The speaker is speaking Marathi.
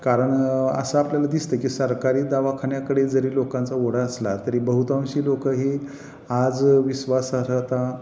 कारण असं आपल्याला दिसतं की सरकारी दवाखान्याकडे जरी लोकांचा ओढा असला तरी बहुतांशी लोक ही आज विश्वासार्हता